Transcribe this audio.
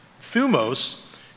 Thumos